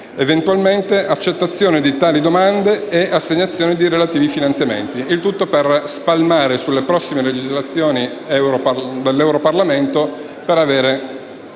eventuale accettazione di tali domande e assegnazione dei relativi finanziamenti. Il tutto da spalmare sulle prossime legislature dell'Europarlamento, per avere